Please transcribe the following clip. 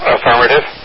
Affirmative